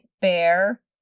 bear